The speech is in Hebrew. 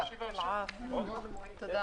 הישיבה ננעלה בשעה 10:05.